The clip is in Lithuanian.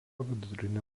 vidurinę